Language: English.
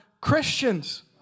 Christians